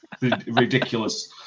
ridiculous